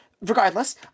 Regardless